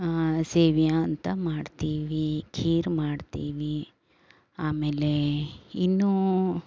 ಸೇವಿಯಾ ಅಂತ ಮಾಡ್ತೀವಿ ಖೀರು ಮಾಡ್ತೀವಿ ಆಮೇಲೆ ಇನ್ನೂ